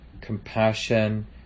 compassion